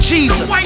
Jesus